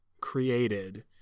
created